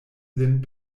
lin